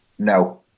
No